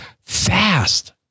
fast